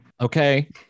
Okay